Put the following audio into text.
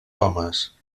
homes